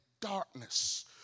darkness